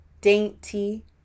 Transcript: dainty